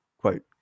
quote